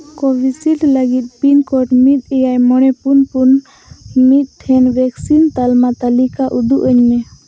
ᱠᱳᱵᱷᱤᱥᱤᱞᱰ ᱞᱟᱹᱜᱤᱫ pin code ᱢᱤᱫ ᱮᱭᱟᱭ ᱢᱚᱬᱮ ᱯᱩᱱ ᱯᱩᱱ ᱢᱤᱫ ᱴᱷᱮᱱ ᱵᱷᱮᱠᱥᱤᱱ ᱛᱟᱞᱢᱟ ᱛᱟᱹᱞᱤᱠᱟ ᱩᱫᱩᱜ ᱟᱹᱧ ᱢᱮ